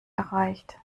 erreicht